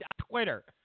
Twitter